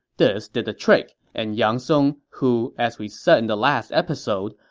this did the trick, and yang song, who, as we said in the last episode,